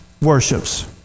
Worships